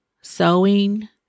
sewing